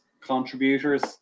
contributors